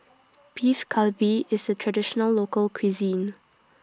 Beef Galbi IS A Traditional Local Cuisine